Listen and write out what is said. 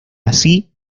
así